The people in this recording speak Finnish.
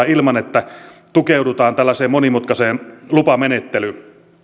ilman että tukeudutaan monimutkaiseen lupamenettelyyn